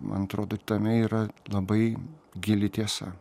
man atrodo tame yra labai gili tiesa